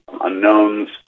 unknowns